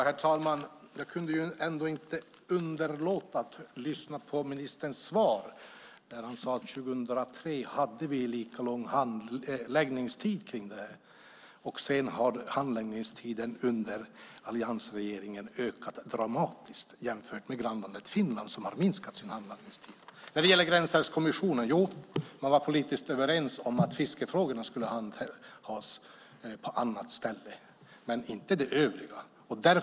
Herr talman! Jag kunde inte undgå att höra att ministern sade att vi 2003 hade lika lång handläggningstid. Handläggningstiden under alliansregeringen har ökat dramatiskt jämfört med i grannlandet Finland där man har minskat handläggningstiden. När det gäller Gränsälvskommissionen var man politiskt överens om att fiskefrågorna skulle handhas på annat ställe, men inte det övriga.